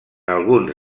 alguns